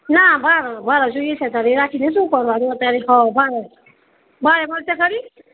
ના ભાડે જોઈએ છે સાહેબ રાખીને શું કરવાનું ભાડે ભાડે મળશે ખરી